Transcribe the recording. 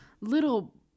little